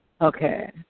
Okay